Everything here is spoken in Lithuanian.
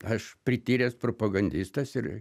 aš prityręs propagandistas ir